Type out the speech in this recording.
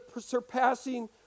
surpassing